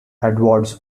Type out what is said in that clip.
edwards